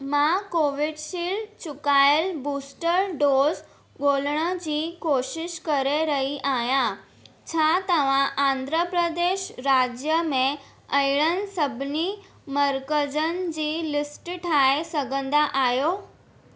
मां कोविडशील्ड चुकायल booster dose ॻोल्हण जी कोशिशि करे रही आहियां छा तव्हां आंध्रप्रदेश राज्य में अहिड़नि सभिनी मर्कज़नि जी लिस्ट ठाहे सघंदा आहियो